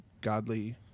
godly